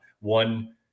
one